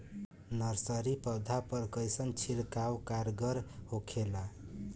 Nursery पौधा पर कइसन छिड़काव कारगर होखेला?